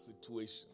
situation